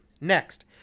Next